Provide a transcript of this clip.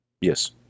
Yes